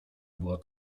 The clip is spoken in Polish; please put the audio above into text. była